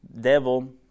devil